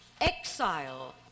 Exile